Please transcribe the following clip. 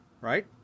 right